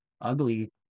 ugly